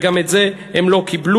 וגם את זה הם לא קיבלו.